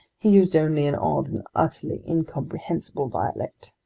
he used only an odd and utterly incomprehensible dialect.